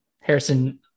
Harrison